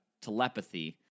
telepathy